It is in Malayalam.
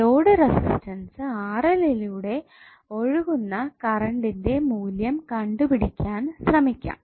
ലോഡ് റെസിസ്റ്റൻസ് ലൂടെ ഒഴുകുന്ന കറൻറ്ന്റെ മൂല്യം കണ്ടുപിടിക്കാൻ ശ്രമിക്കാം